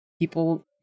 people